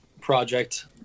project